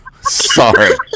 Sorry